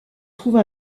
trouve